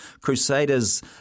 Crusaders